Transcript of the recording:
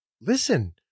listen